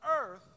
earth